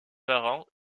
parents